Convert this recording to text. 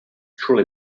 truly